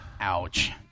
Ouch